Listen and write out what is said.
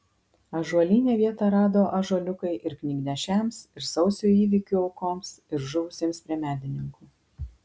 ąžuolyne vietą rado ąžuoliukai ir knygnešiams ir sausio įvykių aukoms ir žuvusiems prie medininkų